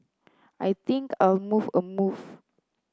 I think I'll move a move